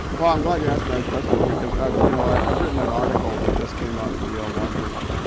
well i'm glad you asked me that question, because i've you know i've written an article that just came out into the yale law journal.